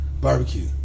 Barbecue